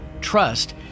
trust